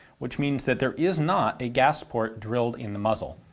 which means that there is not a gas port drilled in the muzzle.